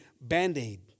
Band-Aid